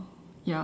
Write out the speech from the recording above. ya